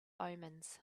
omens